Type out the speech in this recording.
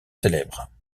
célèbre